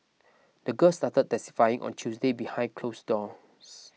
the girl started testifying on Tuesday behind closed doors